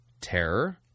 terror